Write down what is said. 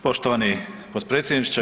Poštovani potpredsjedniče.